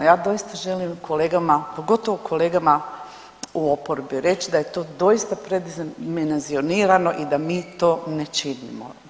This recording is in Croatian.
Ja doista želim kolegama, pogotovo kolegama u oporbi reći da je to doista predimenzionirano i da mi to ne činimo.